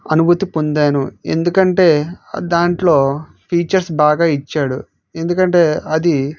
అనుభూతి పొందాను ఎందుకంటే దాంట్లో ఫీచర్స్ బాగా ఇచ్చాడు ఎందుకంటే అది